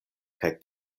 kaj